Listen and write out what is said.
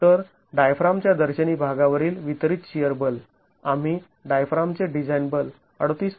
तर डायफ्रामच्या दर्शनी भागा वरील वितरित शिअर बल आम्ही डायफ्रामचे डिझाईन बल ३८